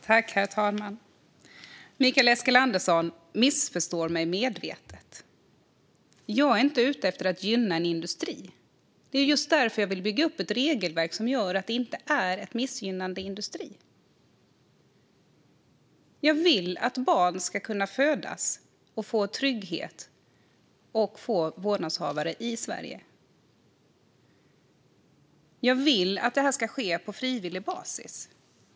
Herr talman! Mikael Eskilandersson missförstår mig medvetet. Jag är inte ute efter att gynna en industri. Det är just därför jag vill bygga upp ett regelverk som gör att detta inte blir ett gynnande av en industri. Jag vill att barn ska kunna födas och få trygghet och vårdnadshavare i Sverige. Jag vill att detta ska ske på frivillig basis.